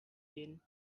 jane